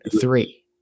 three